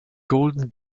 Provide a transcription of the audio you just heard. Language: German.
golden